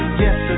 yes